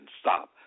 stop